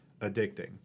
addicting